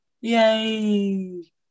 yay